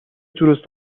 توریست